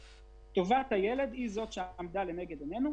טובת הילד היא זאת שעמדה לנגד עינינו.